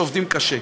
שעובדים קשה.